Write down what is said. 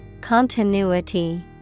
Continuity